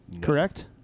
Correct